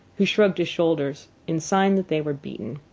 who shrugged his shoulders in sign that they were beaten.